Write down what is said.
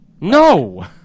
No